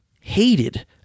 hated